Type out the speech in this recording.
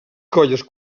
colles